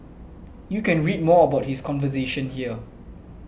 you can read more about his conversation here